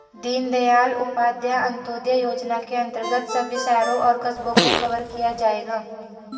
दीनदयाल उपाध्याय अंत्योदय योजना के अंतर्गत सभी शहरों और कस्बों को कवर किया जाएगा